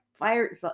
fire